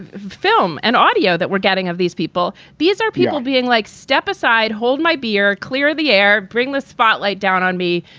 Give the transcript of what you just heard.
film and audio that we're getting of these people. these are people being like stepaside. hold my beer. clear the air. bring the spotlight down on me.